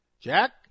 Jack